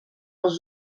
les